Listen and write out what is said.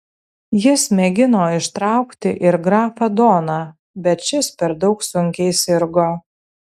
jis mėgino ištraukti ir grafą doną bet šis per daug sunkiai sirgo